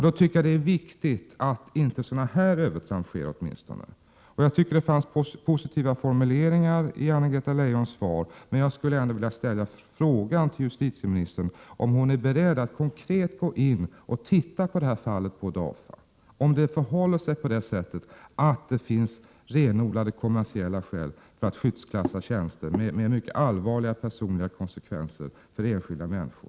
Då tycker jag att det är viktigt att åtminstone inte sådana här övertramp sker. Det finns positiva formuleringar i Anna-Greta Leijons svar, men jag vill ändå fråga justitieministern om hon är beredd att konkret se på detta fall och undersöka om det finns renodlade kommersiella skäl för att skyddsklassa tjänster, med mycket allvarliga personliga konsekvenser för enskilda människor.